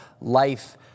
life